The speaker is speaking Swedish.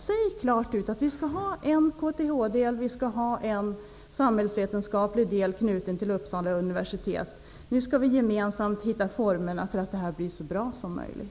Säg klart ut att vi skall ha en KTH-del och en samhällsvetenskaplig del knuten till Uppsala universitet och att vi gemensamt skall hitta formerna för att detta skall bli så bra som möjligt.